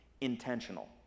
intentional